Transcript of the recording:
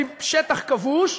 היא שטח כבוש,